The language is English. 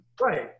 Right